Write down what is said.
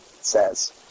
says